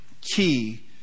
key